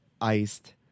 iced